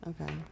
Okay